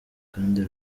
kandi